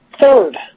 Third